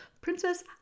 princess